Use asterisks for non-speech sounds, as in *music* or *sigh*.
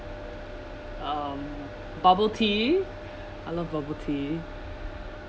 um bubble tea *breath* I love bubble tea